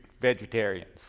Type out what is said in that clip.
vegetarians